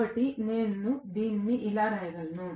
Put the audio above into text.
కాబట్టి నేను దీనిని ఇలా వ్రాయగలను